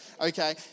Okay